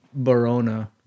barona